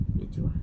kecoh